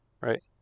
right